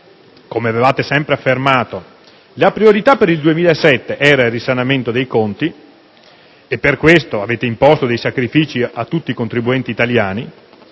come avevate sempre affermato, la priorità per il 2007 era il risanamento dei conti, e per questo avete imposto sacrifici a tutti i contribuenti italiani,